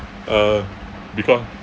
uh because